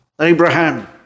Abraham